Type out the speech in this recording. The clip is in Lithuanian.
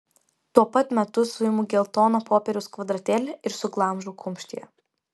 tuo pat metu suimu geltoną popieriaus kvadratėlį ir suglamžau kumštyje